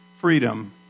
freedom